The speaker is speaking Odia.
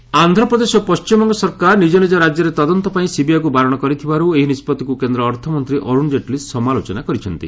ଜେଟ୍ଲୀ ଆନ୍ଧ୍ରପ୍ରଦେଶ ଓ ପଣ୍ଟିମବଙ୍ଗ ସରକାର ନିକ ନିଜ ରାଜ୍ୟରେ ତଦନ୍ତ ପାଇଁ ସିବିଆଇକୁ ବାରଣ କରିଥିବାରୁ ଏହି ନିଷ୍ପଭିକୁ କେନ୍ଦ୍ର ଅର୍ଥମନ୍ତ୍ରୀ ଅରୁଣ୍ ଜେଟ୍ଲୀ ସମାଲୋଚନା କରିଛନ୍ତି